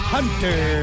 Hunter